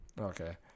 Okay